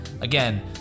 Again